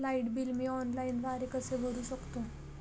Light bill मी ऑनलाईनद्वारे कसे भरु शकतो?